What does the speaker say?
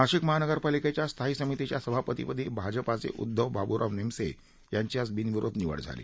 नाशिक महानगरपालिकेच्या स्थायी समितीच्या सभापती पदी भाजपाचे उद्दव बाब्राव निमसे यांची आज बिनविरोध निवड झाली